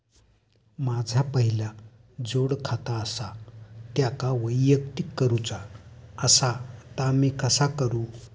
माझा पहिला जोडखाता आसा त्याका वैयक्तिक करूचा असा ता मी कसा करू?